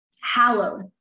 hallowed